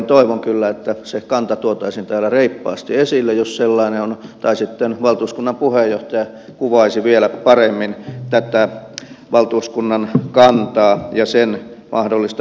toivon kyllä että se kanta tuotaisiin täällä reippaasti esille jos sellainen on tai sitten valtuuskunnan puheenjohtaja kuvaisi vielä paremmin tätä valtuuskunnan kantaa ja sen mahdollista yksimielisyyttä